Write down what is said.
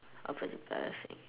open in plaza sing